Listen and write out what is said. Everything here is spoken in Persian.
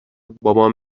بابام